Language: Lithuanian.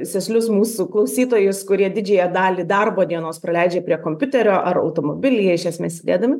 sėslius mūsų klausytojus kurie didžiąją dalį darbo dienos praleidžia prie kompiuterio ar automobilyje iš esmės sėdėdami